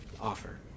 offer